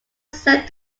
set